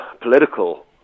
political